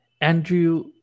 Andrew